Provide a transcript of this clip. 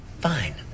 Fine